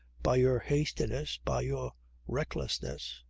by your hastiness, by your recklessness.